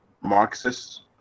Marxists